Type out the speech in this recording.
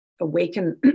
awaken